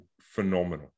phenomenal